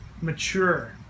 Mature